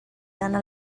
gana